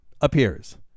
appears